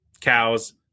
cows